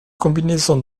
combinaison